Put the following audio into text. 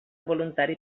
voluntari